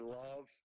love